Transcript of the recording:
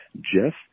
Jeff